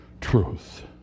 truth